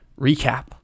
recap